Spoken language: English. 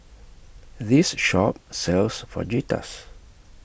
This Shop sells Fajitas